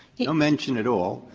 you know mention at all,